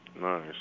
nice